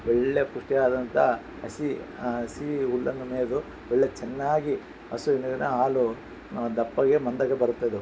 ಒಳ್ಳೇ ಪುಷ್ಟಿ ಆದಂಥ ಹಸಿ ಹಸಿ ಹುಲ್ಲನ್ನು ಮೆಯ್ದು ಒಳ್ಳೇ ಚೆನ್ನಾಗಿ ಹಸುವಿನ ಹಾಲು ದಪ್ಪಗೆ ಮಂದಗೆ ಬರುತ್ತೆದು